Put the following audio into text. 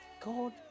God